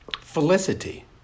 Felicity